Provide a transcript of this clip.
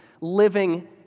living